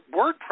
WordPress